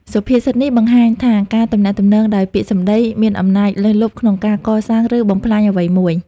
សុភាសិតនេះបង្ហាញថាការទំនាក់ទំនងដោយពាក្យសម្ដី មានអំណាចលើសលប់ក្នុងការកសាង ឬបំផ្លាញអ្វីមួយ។